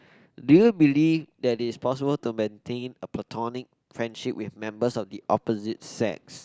do you believe that it's possible to maintain a platonic friendship with members of the opposite sex